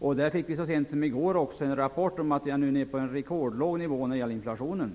Vi fick så sent som i går en rapport om att vi nu är nere på en rekordlåg nivå för inflationen.